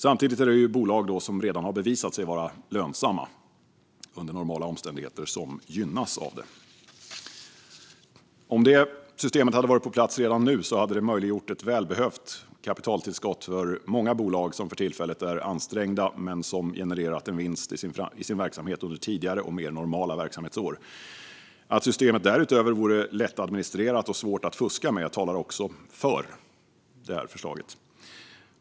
Samtidigt är det bolag som redan har bevisat sig vara lönsamma under normala omständigheter som gynnas. Om detta system varit på plats redan nu hade det möjliggjort ett välbehövt kapitaltillskott för många bolag som för tillfället är ansträngda men som genererat en vinst i sin verksamhet under tidigare och mer normala verksamhetsår. Att systemet därutöver vore lättadministrerat och svårt att fuska med talar också för förslaget.